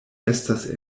estas